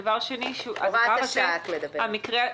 את מדברת על הוראת השעה.